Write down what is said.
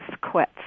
quit